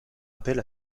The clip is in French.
appel